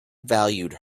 valued